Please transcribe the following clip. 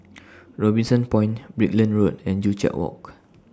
Robinson Point Brickland Road and Joo Chiat Walk